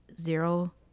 zero